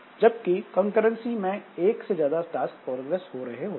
जबकि कंकर्रेंसी मैं एक से ज्यादा टास्क प्रोग्रेस कर रहे होते हैं